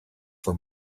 for